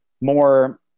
more